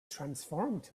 transformed